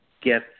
get